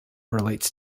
relates